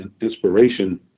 inspiration